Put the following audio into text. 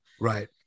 right